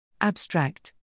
Abstract